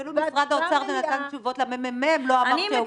אפילו משרד האוצר שנתן תשובות לממ"מ לא אמר שהוקצו